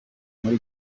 muri